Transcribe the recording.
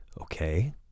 Okay